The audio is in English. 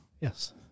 Yes